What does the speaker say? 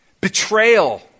Betrayal